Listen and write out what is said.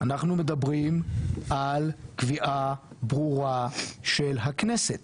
אנחנו מדברים על קביעה ברורה של הכנסת